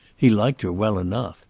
he liked her well enough,